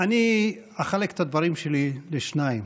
אני אחלק את הדברים שלי לשניים,